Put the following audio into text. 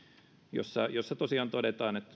jossa jossa tosiaan todetaan että